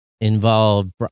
involved